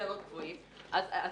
שצריך להילחם בריכוזיות בשוק הבנקאות.